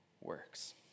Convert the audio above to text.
works